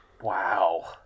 Wow